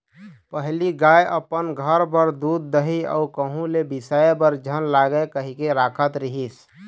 पहिली गाय अपन घर बर दूद, दही अउ कहूँ ले बिसाय बर झन लागय कहिके राखत रिहिस